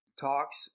talks